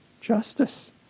justice